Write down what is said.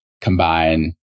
combine